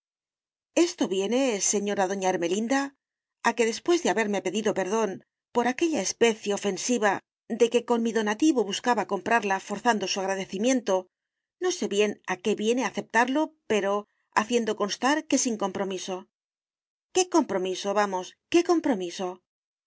esto viene señora doña ermelinda a que después de haberme pedido perdón por aquella especie ofensiva de que con mi donativo buscaba comprarla forzando su agradecimiento no sé bien a qué viene aceptarlo pero haciendo constar que sin compromiso qué compromiso vamos qué compromiso